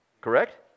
Correct